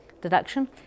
deduction